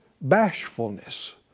bashfulness